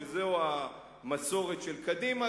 שזוהי המסורת של קדימה,